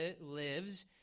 lives